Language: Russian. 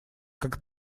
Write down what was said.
как